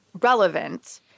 relevant